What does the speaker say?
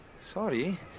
sorry